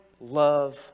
love